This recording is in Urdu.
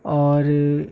اور